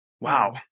Wow